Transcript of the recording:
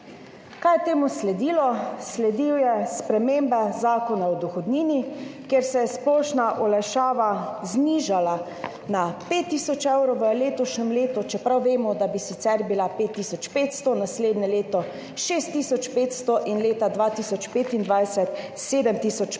Kaj je temu sledilo? Sledila je sprememba Zakona o dohodnini, kjer se je splošna olajšava znižala na 5 tisoč evrov v letošnjem letu, čeprav vemo, da bi sicer bila 5 tisoč 500, naslednje leto 6 tisoč 500 in leta 2025 7